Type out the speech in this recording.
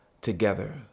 together